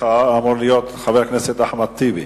אמור להיות חבר הכנסת אחמד טיבי.